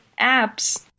apps